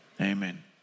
Amen